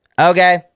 Okay